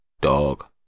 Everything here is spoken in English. dog